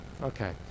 Okay